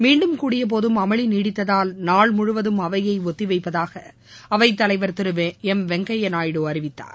மீண்டும் கூடியபோதும் அமளி நீடித்ததால் நாள் முழுவதும் அவையை ஒத்தி வைப்பதாக அவைத் தலைவர் திரு எம் வெங்கய்யா நாயுடு அறிவித்தார்